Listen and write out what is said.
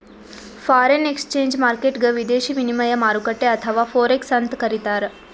foreign exchange ಮಾರ್ಕೆಟ್ಗ್ ವಿದೇಶಿ ವಿನಿಮಯ ಮಾರುಕಟ್ಟೆ ಅಥವಾ ಫೋರೆಕ್ಸ್ ಅಂತ್ ಕರಿತಾರ್